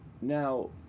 Now